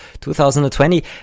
2020